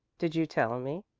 did you tell me?